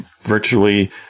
virtually